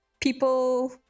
people